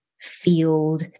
field